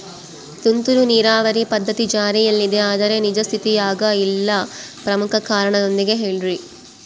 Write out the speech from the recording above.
ತುಂತುರು ನೇರಾವರಿ ಪದ್ಧತಿ ಜಾರಿಯಲ್ಲಿದೆ ಆದರೆ ನಿಜ ಸ್ಥಿತಿಯಾಗ ಇಲ್ಲ ಪ್ರಮುಖ ಕಾರಣದೊಂದಿಗೆ ಹೇಳ್ರಿ?